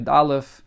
aleph